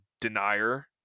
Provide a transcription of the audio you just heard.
Denier